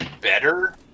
better